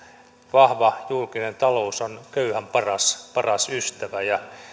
vahva julkinen talous on köyhän paras paras ystävä